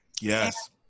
Yes